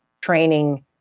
training